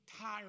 tired